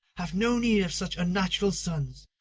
hath no need of such unnatural sons.